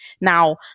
Now